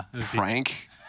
prank